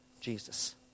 Jesus